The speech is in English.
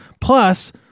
Plus